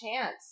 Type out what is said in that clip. Chance